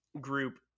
group